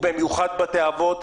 ובמיוחד על בתי אבות,